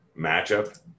matchup